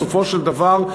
בסופו של דבר,